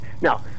Now